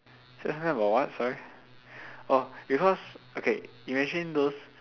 just now got what sorry oh because okay imagine those